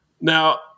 Now